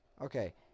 Okay